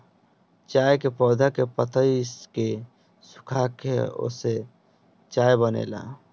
चाय के पौधा के पतइ के सुखाके ओसे चाय बनेला